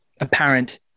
apparent